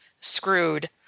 screwed